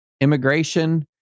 Immigration